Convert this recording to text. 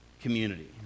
community